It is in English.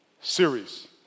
series